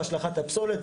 השלכת הפסולת,